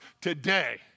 today